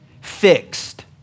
fixed